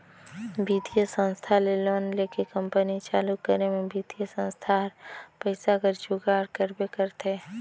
बित्तीय संस्था ले लोन लेके कंपनी चालू करे में बित्तीय संस्था हर पइसा कर जुगाड़ करबे करथे